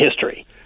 history